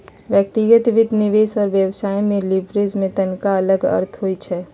व्यक्तिगत वित्त, निवेश और व्यवसाय में लिवरेज के तनका अलग अर्थ होइ छइ